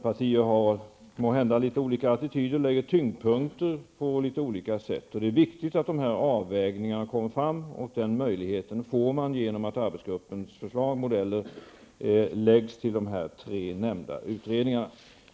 Partier har måhända litet olika attityder, lägger tyngdpunkter på litet olika sätt, och det är viktigt att avvägningarna kommer fram. Möjlighet att göra avvägningar får man i och med att arbetsgruppens förslag och modeller lämnas över till de tre nämnda utredningarna.